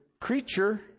creature